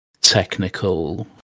technical